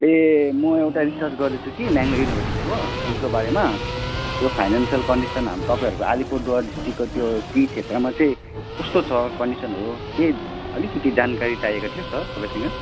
ए म एउटा रिसर्च गर्दैछु कि ब्याङ्लोर युनिभर्सिटीको टी को बारेमा त्यो फाइनेन्सल कन्डिसन हाम् तपाईँहरको आलीपुरद्वार डिस्ट्रिक्टको त्यो टी क्षेत्रमा चाहिँ कस्तो छ कन्डिसनहरू त्यही अलिकति जानकारी चाहिएको थियो छ तपाईँसँग